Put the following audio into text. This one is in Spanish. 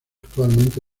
actualmente